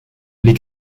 les